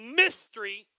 mystery